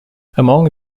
among